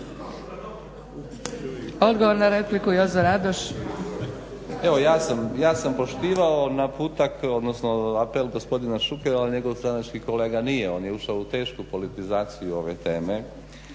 Radoš. **Radoš, Jozo (HNS)** Evo ja sam poštivao naputak odnosno apel gospodina Šukera ali njegov stranački kolega nije, on je ušao u tešku politizaciju ove teme